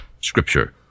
Scripture